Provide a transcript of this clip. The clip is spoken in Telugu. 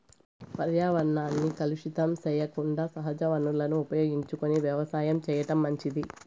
పర్యావరణాన్ని కలుషితం సెయ్యకుండా సహజ వనరులను ఉపయోగించుకొని వ్యవసాయం చేయటం మంచిది